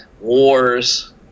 wars